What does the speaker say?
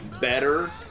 better